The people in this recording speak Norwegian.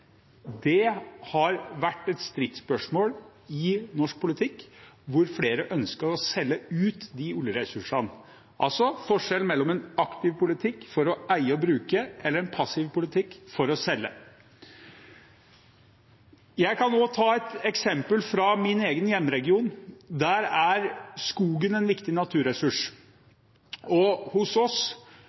Det har vært et stridsspørsmål i norsk politikk, hvor flere ønsker å selge ut de oljeressursene, altså forskjellen mellom en aktiv politikk for å eie og bruke og en passiv politikk for å selge. Jeg kan også ta et eksempel fra min egen hjemregion. Der er skogen en viktig naturressurs, og hos oss